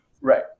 right